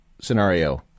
scenario